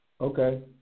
Okay